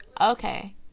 Okay